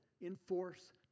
enforce